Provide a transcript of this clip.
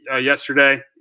yesterday